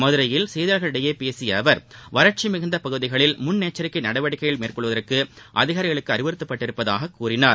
மதுரையில் செய்தியாளர்களிடம் பேசிய அவர் வறட்சி மிகுந்த பகுதிகளில் முன்னெச்சரிக்கை நடவடிக்கைகள் மேற்கொள்வதற்கு அதிகாரிகளுக்கு அறிவுறத்தப்பட்டுள்ளதாக கூறினார்